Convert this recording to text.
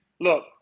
look –